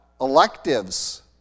electives